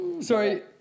Sorry